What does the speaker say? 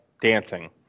dancing